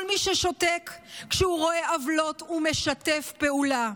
כל מי ששותק כשהוא רואה עוולות הוא משתף פעולה.